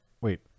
Wait